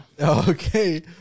Okay